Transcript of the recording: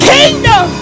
Kingdom